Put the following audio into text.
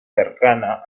cercana